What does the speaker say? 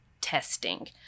testing